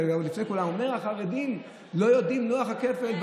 ואומר: החרדים לא יודעים את לוח הכפל.